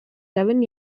seven